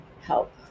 help